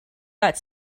got